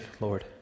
Lord